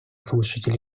слушатель